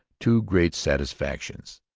two great satisfactions.